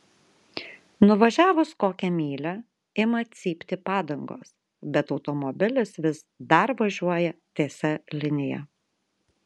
nuvažiavus kokią mylią ima cypti padangos bet automobilis vis dar važiuoja tiesia linija